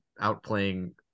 outplaying